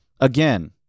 again